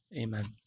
Amen